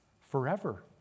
forever